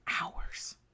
hours